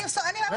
עוד רגע אחד.